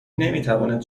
نمیتواند